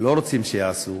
לא רוצים שיעשו,